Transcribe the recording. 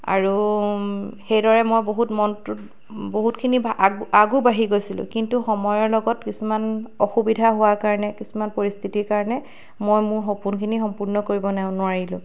আৰু সেইদৰে মই বহুত মনটোত বহুতখিনি আগ আগোবাঢ়ি গৈছিলোঁ কিন্তু সময়ৰ লগত কিছুমান অসুবিধা হোৱাৰ কাৰণে কিছুমান পৰিস্থিতিৰ কাৰণে মই মোৰ সপোনখিনি সম্পূৰ্ণ কৰিব নোৱাৰিলোঁ